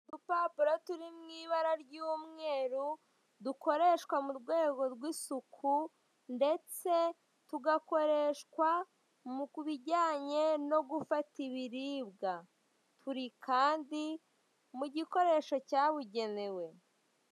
Udupapuro turi mu ibara ry'umweru, dukoreshwa mu rwego rw'isuku ndetse tugakoreshwa ku bijyanye no gufata ibiribwa. Turi kandi mu gikoresho cyabugenewe.